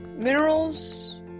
minerals